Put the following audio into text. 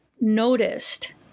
noticed